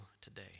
today